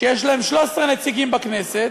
שיש להם 13 נציגים בכנסת,